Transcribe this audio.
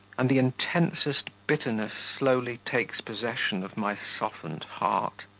and the intensest bitterness slowly takes possession of my softened heart.